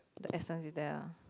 the essence is there ah